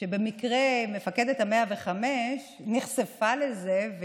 מפקדת ה-105 נחשפה לזה במקרה,